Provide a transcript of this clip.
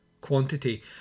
quantity